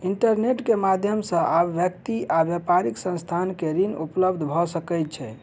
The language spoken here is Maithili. इंटरनेट के माध्यम से आब व्यक्ति आ व्यापारिक संस्थान के ऋण उपलब्ध भ सकै छै